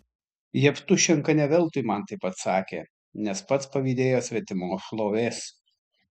jevtušenka ne veltui man taip atsakė nes pats pavydėjo svetimos šlovės